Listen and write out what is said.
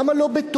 למה לא בטוב?